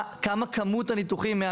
כמה כמות הניתוחים?